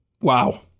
Wow